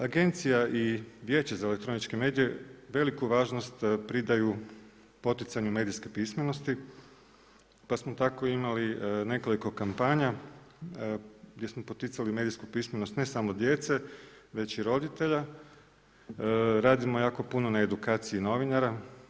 Agencija i Vijeće za elektroničke medije veliku važnost pridaju poticanju medijske pismenosti pa smo tako imali nekoliko kampanja gdje smo poticali medijsku pismenost ne samo djece, već i roditelja, radimo puno na edukaciji novinara.